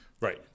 Right